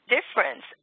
difference